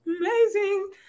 Amazing